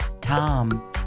Tom